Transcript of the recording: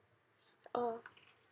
oh